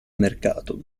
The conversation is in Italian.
mercato